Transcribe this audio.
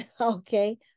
Okay